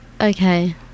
Okay